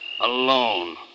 Alone